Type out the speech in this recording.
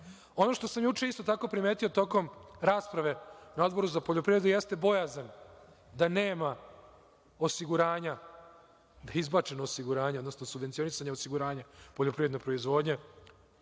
što sam juče isto tako primetio tokom raspravu na Odboru za poljoprivredu jeste bojazan da nema osiguranja, da je izbačeno osiguranje, odnosno subvencionisanje osiguranja poljoprivredne proizvodnje.